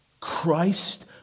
Christ